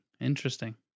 interesting